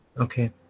Okay